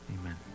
Amen